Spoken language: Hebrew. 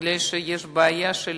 כי יש בעיה של